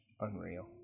Unreal